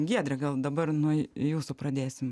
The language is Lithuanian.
giedrę gal dabar nuo jūsų pradėsim